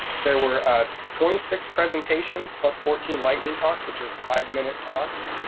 there were ah twenty six presentations plus fourteen lightning talks, which are five minute talks,